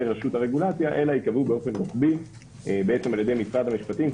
רשות הרגולציה אלא ייקבעו באופן רוחבי על ידי משרד המשפטים,